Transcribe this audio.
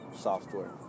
software